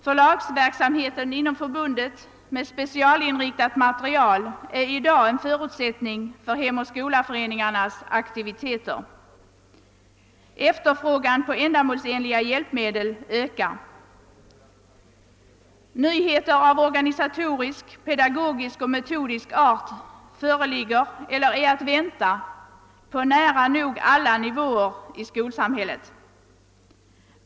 Förlagsverksamheten inom förbundet med specialinriktat material är i dag en förutsättning för Hemoch Skola-föreningarnas aktiviteter. Efterfrågan på ändamålsenliga hjälpmedel ökar. Nyheter av organisatorisk, pedagogisk och metodisk art föreligger eller är att vänta på nära nog alla ni våer i skolsamhället.